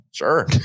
Sure